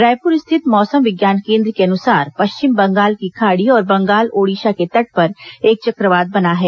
रायपूर स्थित मौसम विज्ञान केंद्र के अनुसार पश्चिम बंगाल की खाड़ी और बंगाल ओर्डिशा के तट पर एक चक्रवात बना है